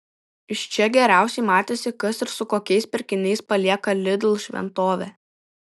iš čia geriausiai matėsi kas ir su kokiais pirkiniais palieka lidl šventovę